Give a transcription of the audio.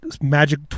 magic